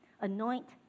anoint